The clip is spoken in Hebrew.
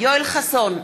יואל חסון,